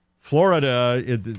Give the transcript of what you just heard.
Florida